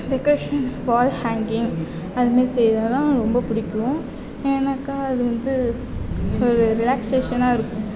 decoration wall hanging அது மாரி செய்கிறதுலாம் ரொம்ப பிடிக்கும் எனக்கு அது வந்து ஒரு ரிலாக்ஷேஷனாக இருக்கும்